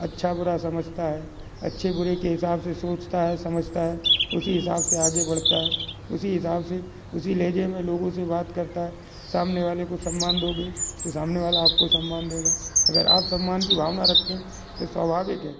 अच्छा बुरा समझता है अच्छे बुरे के हिसाब से सोचता है समझता है उसी हिसाब से आगे बढ़ता है उसी हिसाब से उसी लहजे में लोगों से बात करता है सामने वाले को सम्मान दोगे तो सामने वाला आपको सम्मान देगा अगर आप सम्मान कि भावना रखते हैं तो स्वाभाविक है